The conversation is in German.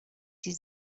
sie